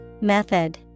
Method